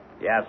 Yes